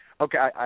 okay